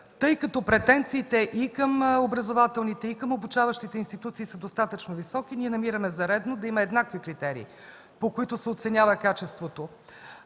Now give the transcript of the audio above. Тъй като претенциите и към образователните, и към обучаващите институции са достатъчно високи, ние намираме за редно да има еднакви критерии, по които се оценява качеството